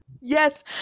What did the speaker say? Yes